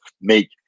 make